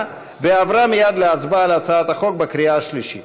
ועברה מייד להצבעה על הצעת החוק בקריאה השלישית.